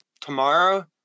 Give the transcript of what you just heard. tomorrow